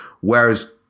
whereas